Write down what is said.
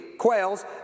Quails